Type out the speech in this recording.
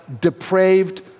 depraved